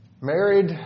Married